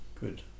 good